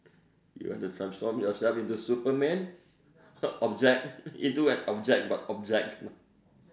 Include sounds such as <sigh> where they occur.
you want to transform yourself into Superman <laughs> object into an object but object